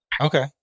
Okay